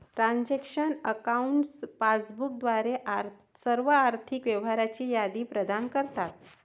transaction accounts passbook द्वारे सर्व आर्थिक व्यवहारांची यादी प्रदान करतात